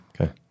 Okay